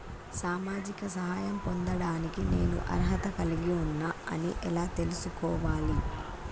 సామాజిక సహాయం పొందడానికి నేను అర్హత కలిగి ఉన్న అని ఎలా తెలుసుకోవాలి?